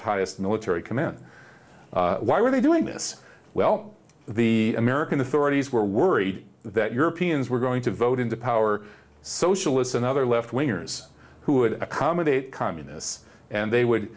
tightest military command why were they doing this well the american authorities were worried that europeans were going to vote into power socialists and other left wingers who would accommodate communists and they would